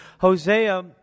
Hosea